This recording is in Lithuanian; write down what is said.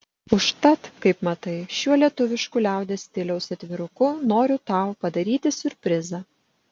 užtat kaip matai šiuo lietuvišku liaudies stiliaus atviruku noriu tau padaryti siurprizą